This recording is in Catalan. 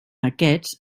aquests